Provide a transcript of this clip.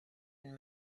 and